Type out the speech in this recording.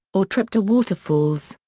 or trip to waterfalls,